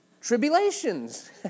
tribulations